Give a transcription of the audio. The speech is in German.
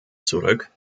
zurück